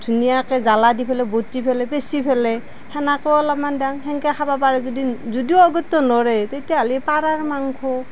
ধুনীয়াকৈ জ্বালা দি পেলাই বতি পেলাই পিচি পেলাই সেনেকেও অলপমান দেওঁ সেনকৈ খাব পাৰে যদি যদিও আগতে নোৱাৰে তেতিয়াহ'লে পাৰাৰ মাংস